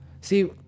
See